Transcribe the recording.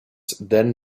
then